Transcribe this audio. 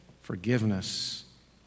forgiveness